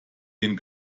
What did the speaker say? den